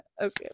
okay